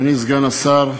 אדוני סגן השר,